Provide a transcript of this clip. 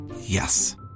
Yes